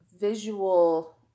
visual